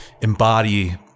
embody